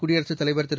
குடியரசுத் தலைவர் திரு